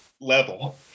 level